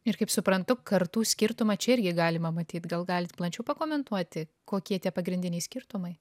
ir kaip suprantu kartų skirtumą čia irgi galima matyt gal galite plačiau pakomentuoti kokie tie pagrindiniai skirtumai